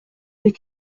les